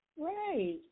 Right